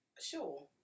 Sure